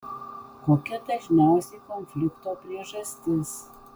kokia dažniausiai konflikto priežastis